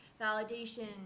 validation